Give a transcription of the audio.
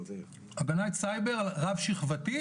הגנת סייבר רב שכבתית,